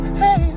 hey